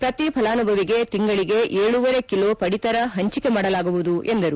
ಪ್ರತಿ ಫಲಾನುಭವಿಗೆ ತಿಂಗಳಗೆ ಏಳೂವರೆ ಕಿಲೋ ಪಡಿತರ ಹಂಚಿಕೆ ಮಾಡಲಾಗುವುದು ಎಂದರು